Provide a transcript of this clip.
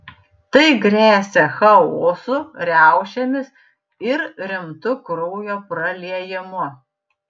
tai gresia chaosu riaušėmis ir rimtu kraujo praliejimu